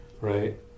right